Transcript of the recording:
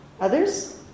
Others